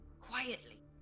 Quietly